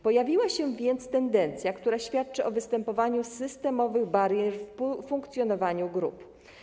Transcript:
Pojawiła się więc tendencja, która świadczy o występowaniu systemowych barier w funkcjonowaniu grup.